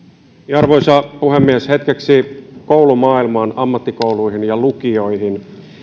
arvoisa puhemies hetkeksi koulumaailmaan ammattikouluihin ja lukioihin